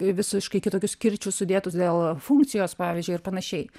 visiškai kitokius kirčius sudėtus dėl funkcijos pavyzdžiui ir panašiai